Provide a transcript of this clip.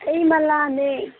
ꯑꯩ ꯃꯂꯥꯅꯦ